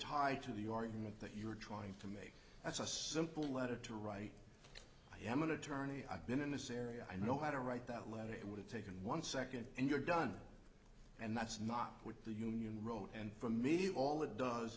tied to the argument that you were trying for me that's a simple letter too right yemen attorney i've been in this area i know how to write that letter it would have taken one second and you're done and that's not what the union wrote and for me all it does